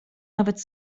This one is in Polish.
nawet